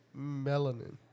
Melanin